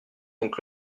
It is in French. donc